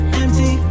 empty